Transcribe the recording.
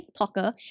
TikToker